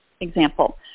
example